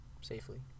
Safely